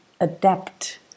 adapt